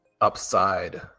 upside